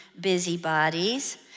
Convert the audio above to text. busybodies